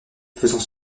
faisant